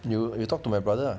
you talk to my brother ah